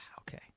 Okay